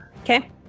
Okay